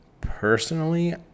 personally